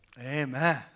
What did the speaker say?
Amen